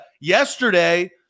yesterday